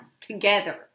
together